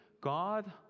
god